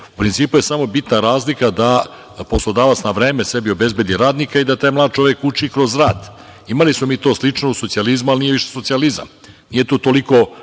U principu je samo bitna razlika da poslodavac na vreme sebi obezbedi radnika i da taj mlad čovek uči kroz rad. Imali smo to slično u socijalizmu, ali nije to socijalizam